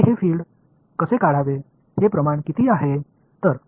येथे हे फील्ड कसे काढावे हे प्रमाण किती आहे